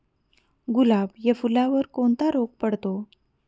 गुलाब या फुलावर कोणता रोग पडतो?